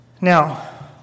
Now